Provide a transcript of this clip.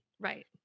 right